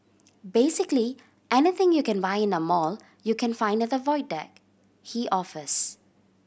basically anything you can buy in a mall you can find at the Void Deck he offers